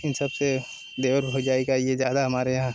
इन सब से देवर भौजाई का ये ज़्यादा हमारे यहाँ